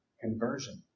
Conversion